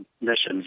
missions